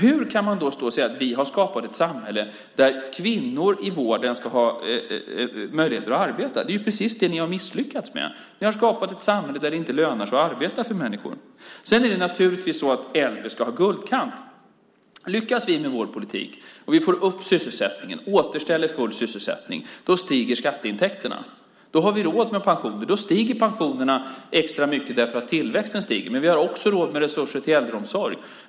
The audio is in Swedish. Hur kan man då stå och säga: Vi har skapat ett samhälle där kvinnor i vården ska ha möjligheter att arbeta? Det är ju precis det ni har misslyckats med. Ni har skapat ett samhälle där det inte lönar sig för människor att arbeta. Sedan är det naturligtvis så att äldre ska ha guldkant. Lyckas vi med vår politik - om vi får upp sysselsättningen, återställer full sysselsättning - så stiger skatteintäkterna. Då har vi råd med pensioner. Då stiger pensionerna extra mycket eftersom tillväxten stiger. Men vi har också råd med resurser till äldreomsorg.